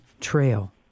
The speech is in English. trail